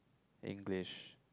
English